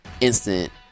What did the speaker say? instant